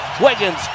Wiggins